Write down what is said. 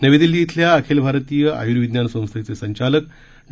नवी दिल्ली इथल्या अखिल भारतीय आयुर्विज्ञान संस्थेचे संचालक डॉ